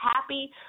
happy